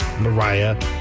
Mariah